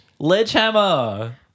Ledgehammer